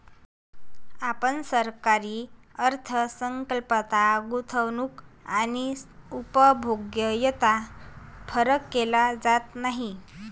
पण सरकारी अर्थ संकल्पात गुंतवणूक आणि उपभोग यात फरक केला जात नाही